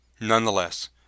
Nonetheless